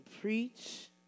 preach